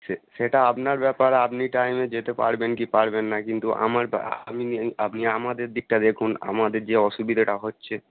সে সেটা আপনার ব্যাপার আপনি টাইমে যেতে পারবেন কি পারবেন না কিন্তু আমার আমি নি আপনি আমাদের দিকটা দেখুন আমাদের যে অসুবিধেটা হচ্ছে